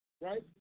right